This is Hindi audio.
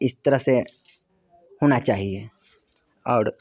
इस तरह से होना चाहिए और